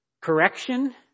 correction